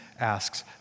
asks